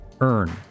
earn